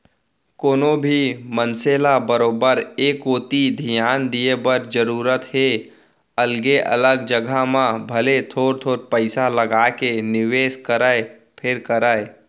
कोनो भी मनसे ल बरोबर ए कोती धियान दिये के जरूरत हे अलगे अलग जघा म भले थोर थोर पइसा लगाके निवेस करय फेर करय